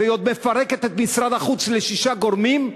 והיא עוד מפרקת את משרד החוץ לשישה גורמים,